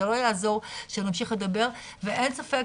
זה לא יעזור שנמשיך לדבר ואין ספק,